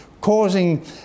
causing